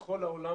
בכל העולם,